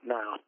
now